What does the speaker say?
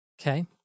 Okay